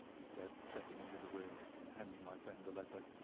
he said, stepping into the room and handing my friend the letter.